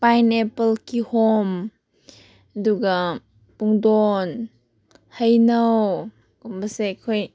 pineapple ꯀꯤꯍꯣꯝ ꯑꯗꯨꯒ ꯄꯨꯡꯗꯣꯟ ꯍꯩꯅꯧꯒꯨꯝꯕꯁꯦ ꯑꯩꯈꯣꯏ